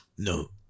no